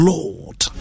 Lord